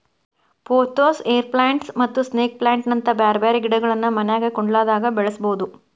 pothos, air plants ಮತ್ತ snake plant ನಂತ ಬ್ಯಾರ್ಬ್ಯಾರೇ ಗಿಡಗಳನ್ನ ಮನ್ಯಾಗ ಕುಂಡ್ಲ್ದಾಗ ಬೆಳಸಬೋದು